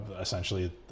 essentially